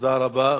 תודה רבה.